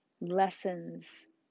lessons